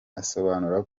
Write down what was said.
asobanura